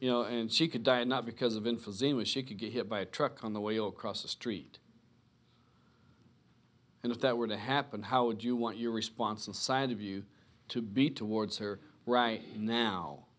you know and she could die not because of in physique when she could get hit by a truck on the way across the street and if that were to happen how would you want your response inside of you to be towards her right now